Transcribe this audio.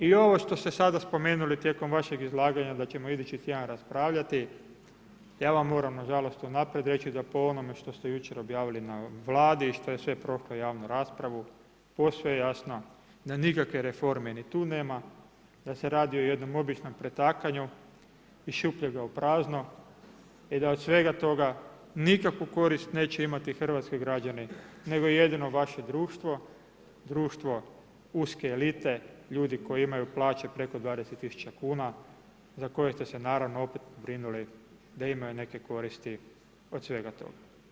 I ovo što ste sada spomenuli tijekom vašeg izlaganja da ćemo idući tjedan raspravljati, ja vam moram nažalost unaprijed reći da po onome što ste jučer objavili na Vladi i što je sve prošlo javnu raspravu, posve je jasno da nikakve reforme ni tu nema, da se radi o jednom običnom pretakanju iz šupljega u prazno i da od svega toga nikakvu korist neće imati hrvatski građani, nego jedino vaše društvo, društvo uske elite, ljudi koji imaju plaće preko 20 000 kuna, za koje ste se naravno opet pobrinuli da imaju neke koristi od svega toga.